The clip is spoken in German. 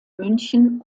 münchen